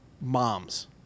moms